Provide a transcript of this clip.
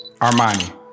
Armani